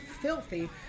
filthy